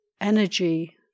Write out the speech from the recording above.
energy